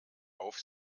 auf